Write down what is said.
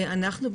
אנחנו,